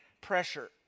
pressure